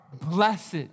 blessed